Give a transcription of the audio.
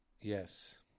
Yes